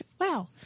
Wow